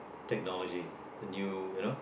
technology the new you know